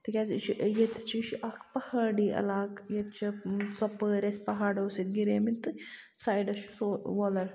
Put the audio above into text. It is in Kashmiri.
تِکیازِ یہِ چھُ ییٚتہِ چھُ یہِ چھُ اکھ پَہٲڈی علاقہٕ ییٚتہِ چھِ ژۄپٲرۍ أسۍ پَہاڑو سۭتۍ گِریمٕتۍ تہٕ سایڈَس چھُ سُہ وۄلَر